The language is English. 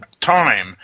time